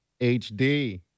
HD